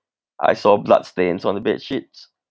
I saw bloodstains on the bedsheets